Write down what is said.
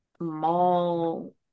mall